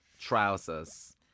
trousers